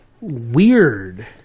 weird